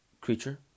creature